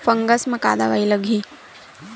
Fungus म का दवाई लगी?